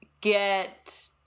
get